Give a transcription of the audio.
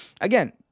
again